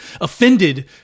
offended